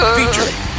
Featuring